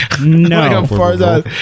no